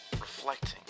reflecting